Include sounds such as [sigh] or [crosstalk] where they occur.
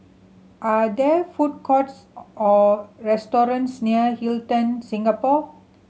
are there food courts [unintelligible] or restaurants near Hilton Singapore